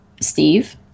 Steve